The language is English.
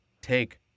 take